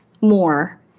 more